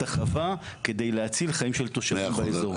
כדי להציל את החיים של התושבים באזור.